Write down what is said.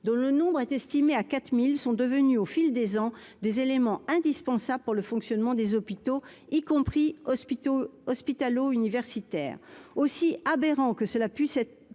dont le nombre est estimé à 4000 sont devenus au fil des ans des éléments indispensables pour le fonctionnement des hôpitaux, y compris hospit'au hospitalo-universitaire aussi aberrant que cela puisse